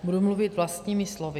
Budu mluvit vlastními slovy.